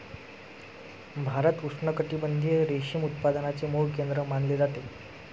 भारत उष्णकटिबंधीय रेशीम उत्पादनाचे मूळ केंद्र मानले जाते